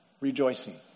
rejoicing